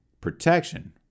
Protection